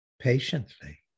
patiently